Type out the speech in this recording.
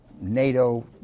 NATO